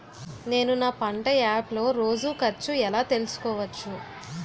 నేను నా పంట యాప్ లో రోజు ఖర్చు ఎలా తెల్సుకోవచ్చు?